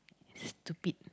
is stupid